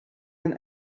and